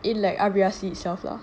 in like R_B_R_C itself lah